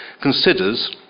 considers